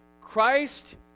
Christ